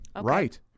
right